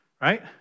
right